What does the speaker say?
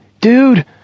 dude